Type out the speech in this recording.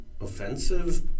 offensive